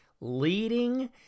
leading